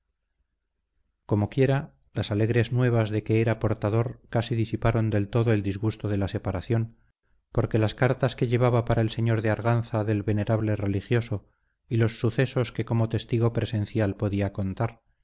bierzo comoquiera las alegres nuevas de que era portador casi disiparon del todo el disgusto de la separación porque las cartas que llevaba para el señor de arganza del venerable religioso y los sucesos que como testigo presencial podía contar